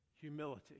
humility